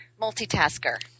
multitasker